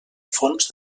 fons